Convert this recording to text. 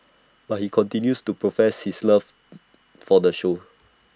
but he continues to profess his love for the show